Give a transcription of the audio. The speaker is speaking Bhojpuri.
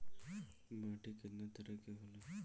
माटी केतना तरह के होला?